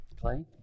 Clay